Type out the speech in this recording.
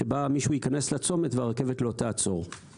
שמישהו יכנס לצומת והרכבת לא תעצור.